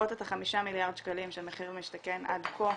עוברות את החמישה מיליארד שקלים של 'מחיר למשתכן' עד כה.